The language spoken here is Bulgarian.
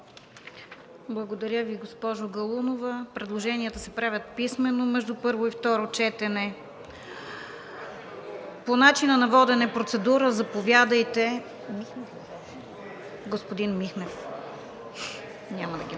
Благодаря Ви, госпожо Галунова. Предложенията се правят писмено между първо и второ четене. По начина на водене, процедура – заповядайте, господин Михнев. АТАНАС